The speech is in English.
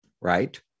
right